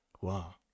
Wow